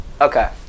Okay